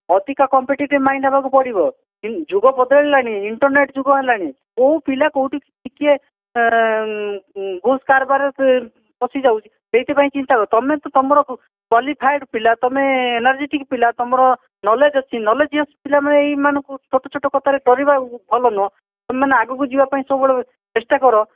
ଅଧିକ competitive mind ହେବାକୁ ପଡ଼ିବ ଯୁଗ ବଦଳିଲାଣି ଇଣ୍ଟରନେଟ୍ ଯୁଗ ହେଲାଣି କେଉଁ ପିଲା କେଉଁଠି ଟିକିଏ ଘୁସ୍ କାରବାରରେ ପଶିଯାଉଛି ସେଥିପାଇଁ ଚିନ୍ତା କରନାହିଁ ତୁମେ ତୁମର କ୍ଵାଲିଫାଏଡ଼୍ ପିଲା ତୁମେ ଏନର୍ଜେଟିକ୍ ପିଲା ତୁମର ନଲେଜ୍ ଅଛି ନଲେଜିୟସ ପିଲାମାନେ ଏହିମାନଙ୍କୁ ଛୋଟ ଛୋଟ କଥାରେ ଡରିବା ଭଲ ନୁହେଁ ତୁମେମାନେ ଆଗକୁ ଯିବାପାଇଁ ସବୁବେଳେ ଚେଷ୍ଟା କର